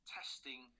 testing